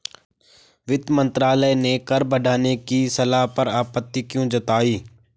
वित्त मंत्रालय ने कर बढ़ाने की सलाह पर आपत्ति क्यों जताई?